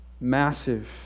massive